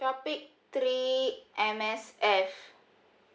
topic three M_S_F